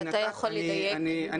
אני אומר משהו.